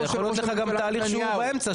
יכול להיות הליך שהוא באמצע,